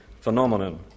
phenomenon